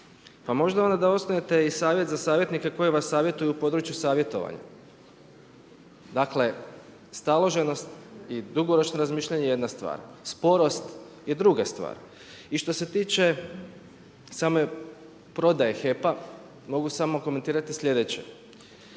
pa možda onda da osnujete i savjet za savjetnike koje vas savjetuju u području savjetovanja? Dakle staloženost i dugoročno razmišljanje je jedna stvar, sporost je druga stvar. I što se tiče same prodaje HEP-a, mogu samo komentirati sljedeće,